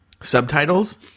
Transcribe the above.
subtitles